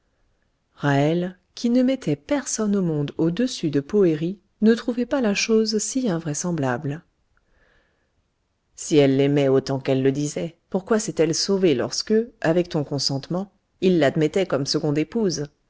ra'hel qui ne mettait personne au monde au-dessus de poëri ne trouvait pas la chose si invraisemblable si elle l'aimait autant qu'elle le disait pourquoi s'est elle sauvée lorsque avec ton consentement il l'admettait comme seconde épouse